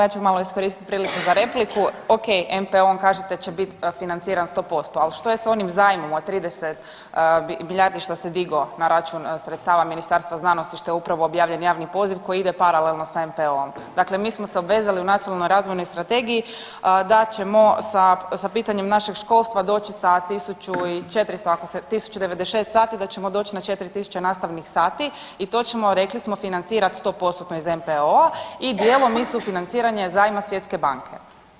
Ja ću malo iskoristit priliku za repliku, ok, NPO-om kažete da će biti financiran 100%, ali što je sa onim zajmom ona 30 milijardi što se digao na račun sredstava Ministarstva znanosti što je upravo objavljen javni poziv koji ide paralelno sa MPO-om Dakle, mi smo se obvezali u Nacionalnoj razvojnoj strategiji da ćemo sa pitanjem našeg školstva doći sa tisuću i 400, tisuću 96 sati da ćemo doći na 4 tisuće nastavnih sati i to ćemo rekli smo financirati 100% iz MPO-a i dijelom iz sufinanciranja zajma Svjetske banke.